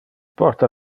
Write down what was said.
porta